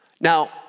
Now